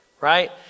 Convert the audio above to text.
Right